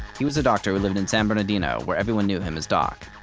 he was a doctor who lived in san bernardino, where everyone knew him as doc.